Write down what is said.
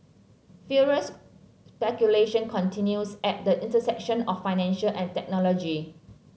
furious speculation continues at the intersection of finance and technology